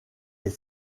est